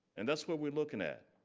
and that's what we're looking at.